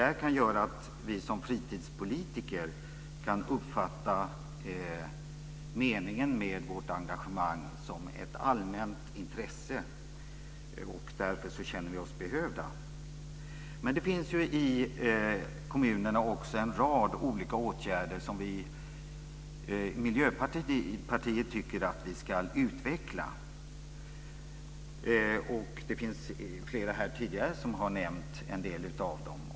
Detta kan göra att vi som fritidspolitiker kan uppfatta vårt engagemang som ett allmänt intresse och känna oss behövda. Men det finns i kommunerna också en rad olika åtgärder som Miljöpartiet tycker ska utvecklas. Flera tidigare talare har nämnt en del av dem.